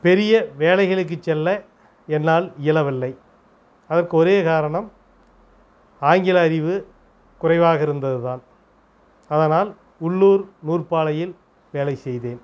பெரிய வேலைகளுக்குச் செல்ல என்னால் இயலவில்லை அதற்கு ஒரே காரணம் ஆங்கில அறிவு குறைவாக இருந்தது தான் அதனால் உள்ளூர் நூற்பாலையில் வேலை செய்தேன்